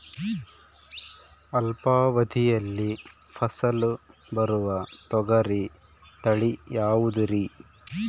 ಅಲ್ಪಾವಧಿಯಲ್ಲಿ ಫಸಲು ಬರುವ ತೊಗರಿ ತಳಿ ಯಾವುದುರಿ?